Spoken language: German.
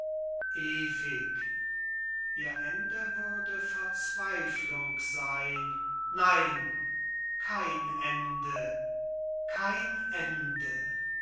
ewig ihr ende würde verzweiflung seyn nein kein ende kein ende